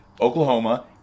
Oklahoma